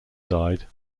died